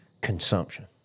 Consumption